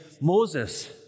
Moses